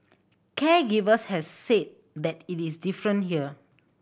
caregivers have said that it is different here